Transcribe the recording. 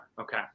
Okay